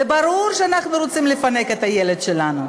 וברור שאנחנו רוצים לפנק את הילד שלנו,